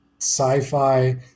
sci-fi